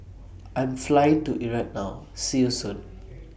I'm Flying to Iraq now See YOU Soon